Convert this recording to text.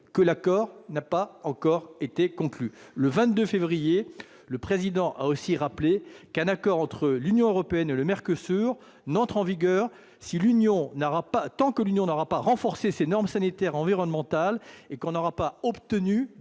que l'accord n'a pas encore été conclu. Le Président de la République avait alors aussi rappelé que l'accord entre l'Union européenne et le Mercosur n'entrerait pas en vigueur tant que l'Union n'aura pas renforcé ses normes sanitaires et environnementales et que l'on n'aura pas obtenu